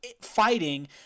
fighting